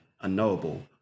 unknowable